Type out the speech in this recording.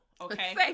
okay